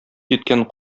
киткән